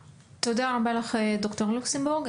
תודה רבה לך, ד"ר לוקסנבורג.